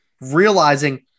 realizing